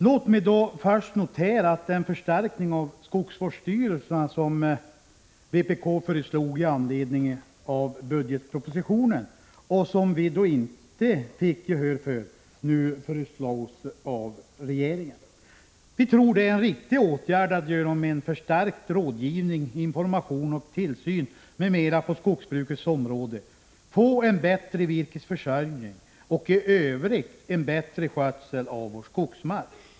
Låt mig börja med att notera att den förstärkning av skogsvårdsstyrelserna som vpk föreslog i anledning av budgetpropositionen och som vi då inte fick gehör för nu föreslås av regeringen. Vi tror att det är en riktig åtgärd att genom en förstärkt rådgivning, information och tillsyn m.m. på skogsbrukets område försöka få en bättre virkesförsörjning och i övrigt en bättre skötsel av vår skogsmark.